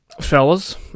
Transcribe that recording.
fellas